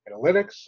analytics